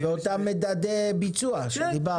באותם מדדי ביצוע שדיברנו.